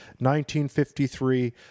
1953